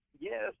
Yes